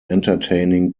entertaining